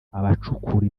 abacukura